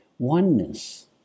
Oneness